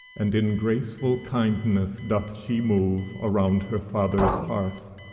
and in graceful kindness doth she move around her father's hearth